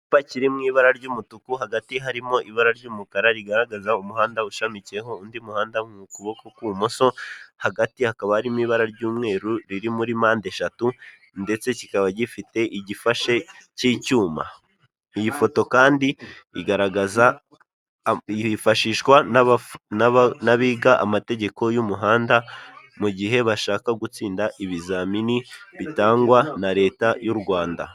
Icyumba kiri mu ibara ry'umutuku hagati harimo ibara ry'umukara rigaragaza umuhanda ushamikiyeho undi muhanda mu kuboko k'ibumoso, hagati hakaba harimo ibara ry'umweru riri muri mpande eshatu ndetse kikaba gifite igifashe cy'icyuma. Iyi foto kandi igaragaza hifashishwa n'abiga amategeko y'umuhanda mu gihe bashaka gutsinda ibizamini bitangwa na Leta y’ u Rwanda.